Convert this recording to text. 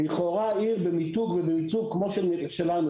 לכאורה עיר במיתוג ובייצוג כמו שלנו,